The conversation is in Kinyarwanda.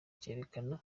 cyerekana